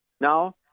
now